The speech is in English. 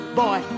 boy